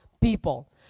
people